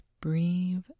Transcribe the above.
breathe